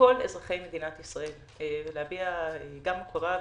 לכל אזרחי מדינת ישראל, ולהביע הוקרה.